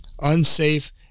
unsafe